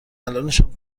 الانشم